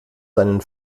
deinen